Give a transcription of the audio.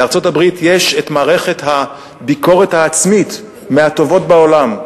לארצות-הברית יש מערכת ביקורת עצמית מהטובות בעולם.